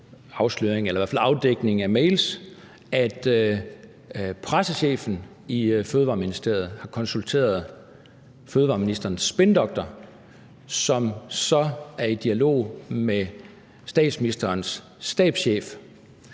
at pressechefen i Fødevareministeriet har konsulteret fødevareministerens spindoktor, som så er i dialog med statsministerens stabschef,